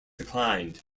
declined